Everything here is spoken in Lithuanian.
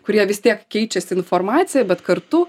kurie vis tiek keičiasi informacija bet kartu